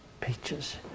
peaches